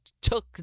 took